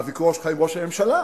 הוויכוח שלך עם ראש הממשלה.